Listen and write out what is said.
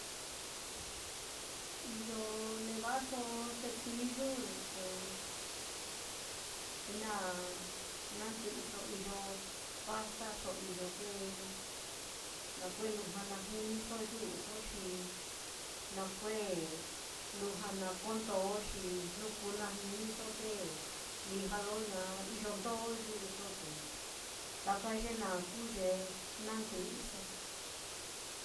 Iyo neva'aso cepiyu te na nandɨ'ɨso iyo pasta iyo te nakue'e lujua na jiniso yu'uso xi nakue'e lujua na ko ndó, xi jnu kú najiniso, te lija lo ña iyo ndó yu'uso, te taka ye naá kuu ye nandɨ'ɨso.